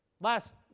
last